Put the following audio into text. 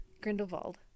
grindelwald